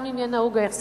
גם אם יהיה נהוג החזר,